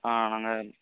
ஆ நாங்கள்